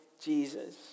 Jesus